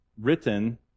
written